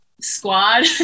squad